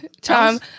Tom